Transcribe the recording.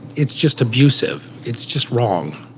it's just abusive. it's just wrong.